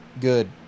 Good